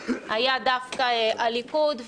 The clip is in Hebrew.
היה דווקא הליכוד.